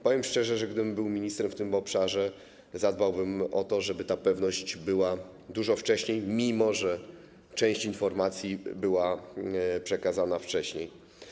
Powiem szczerze, że gdybym był ministrem w tym obszarze, zadbałbym o to, żeby ta pewność była dużo wcześniej, mimo że część informacji była przekazana wcześniej.